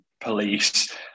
police